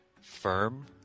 firm